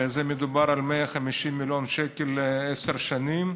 ומדובר על 150 מיליון שקל לעשר שנים,